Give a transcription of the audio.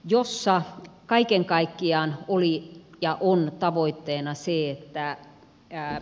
jos saa kaiken kaikkiaan kuuli ja kun tavoitteena siirtää enää